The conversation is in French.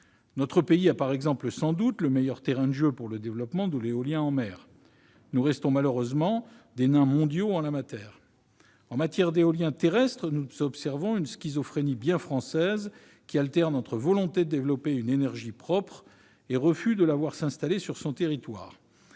Notre pays a par exemple, sans doute, le meilleur « terrain de jeu » pour le développement de l'éolien en mer. Nous restons malheureusement des nains mondiaux en la matière. En matière d'éolien terrestre, nous observons une schizophrénie bien française : on alterne entre volonté de développer une énergie propre et refus de la voir s'installer sur son territoire.